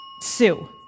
Sue